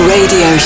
Radio